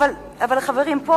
אני הוספתי גם לך.